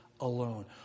alone